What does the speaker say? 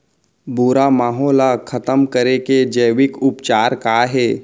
भूरा माहो ला खतम करे के जैविक उपचार का हे?